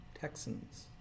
Texans